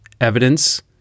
Evidence